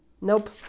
Nope